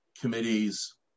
committees